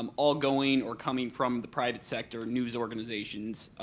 um all going or coming from the private sector, news organizations,